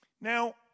Now